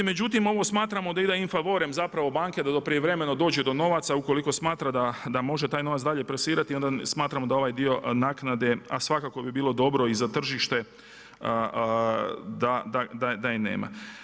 Međutim, ovo smatramo da ide in favorem, zapravo banke da prijevremeno dođe do novaca ukoliko smatra da može taj novac dalje … i onda smatramo da ovaj dio naknade, a svakako bi bilo dobro i za tržište da je nema.